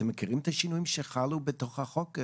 אתם מכירים את השינויים שחלו בתוך החוק?